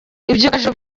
ibyogajuru